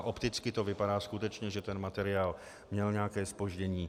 Opticky to vypadá skutečně, že ten materiál měl nějaké zpoždění.